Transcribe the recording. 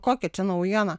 kokia čia naujiena